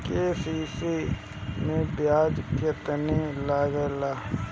KCC मै ब्याज केतनि लागेला?